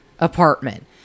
apartment